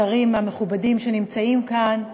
השרים המכובדים שנמצאים כאן,